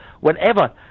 Whenever